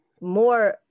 more